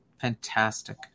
fantastic